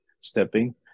stepping